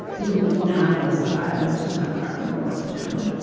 who live in niles, ohio, which is not far from lordstown.